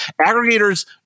Aggregators